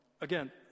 Again